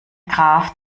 graph